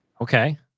Okay